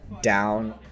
down